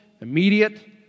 immediate